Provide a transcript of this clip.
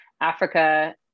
Africa